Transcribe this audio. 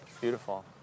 Beautiful